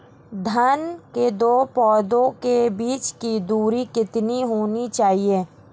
धान के दो पौधों के बीच की दूरी कितनी होनी चाहिए?